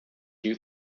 you